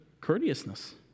courteousness